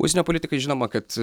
užsienio politikai žinoma kad